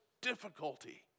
difficulty